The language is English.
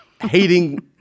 hating